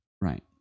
Right